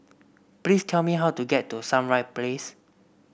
please tell me how to get to Sunrise Place